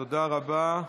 תודה רבה,